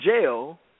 jail